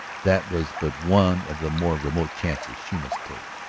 that was but one of the more remote chances she must take.